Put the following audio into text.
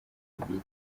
bwite